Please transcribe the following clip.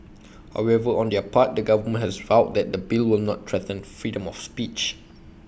however on their part the government has vowed that the bill will not threaten freedom of speech